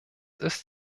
ist